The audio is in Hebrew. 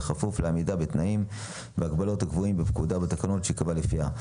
בכפוף לעמידה בתנאים והגבלות הקבועים בפקודה ובתקנות שייקבעו לפיה.